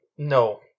No